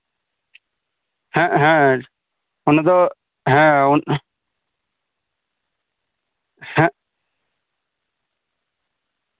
ᱦᱮᱸ ᱦᱮᱸ ᱚᱱᱟ ᱫᱚ ᱦᱮᱸ ᱦᱮᱸ